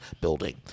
building